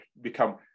become